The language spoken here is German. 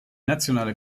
nationale